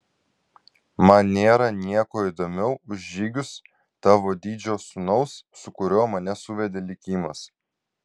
man nėra nieko įdomiau už žygius tavo didžio sūnaus su kuriuo mane suvedė likimas